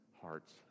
hearts